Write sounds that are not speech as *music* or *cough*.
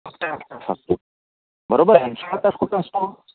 *unintelligible* असतो बरोबर सोळा तास कुठं असतो